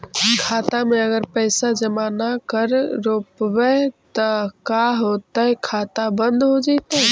खाता मे अगर पैसा जमा न कर रोपबै त का होतै खाता बन्द हो जैतै?